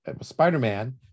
Spider-Man